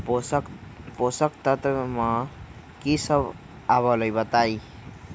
पोषक तत्व म की सब आबलई बताई?